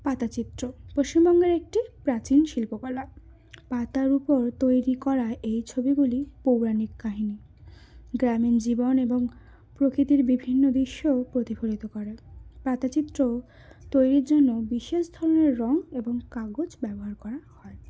পাতাচিত্র পশ্চিমবঙ্গের একটি প্রাচীন শিল্পকলা পাতার উপর তৈরি করা এই ছবিগুলি পৌরাণিক কাহিনি গ্রামীণ জীবন এবং প্রকৃতির বিভিন্ন দৃশ্যও প্রতিফলিত করে পাতাচিত্র তৈরির জন্য বিশেষ ধরনের রঙ এবং কাগজ ব্যবহার করা হয়